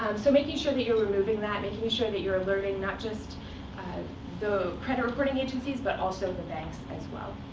so making sure that you're removing that, making sure that you're alerting not just the credit reporting agencies, but also the banks, as well.